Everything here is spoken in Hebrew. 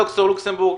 ד"ר לוקסמבורג,